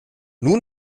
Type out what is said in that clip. nun